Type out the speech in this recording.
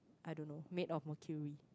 I don't know made of mercury